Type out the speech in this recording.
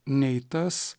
nei tas